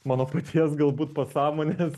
mano paties galbūt pasąmonės